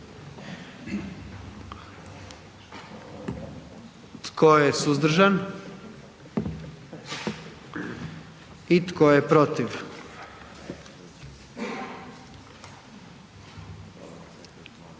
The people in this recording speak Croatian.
Tko je suzdržan? Tko je protiv?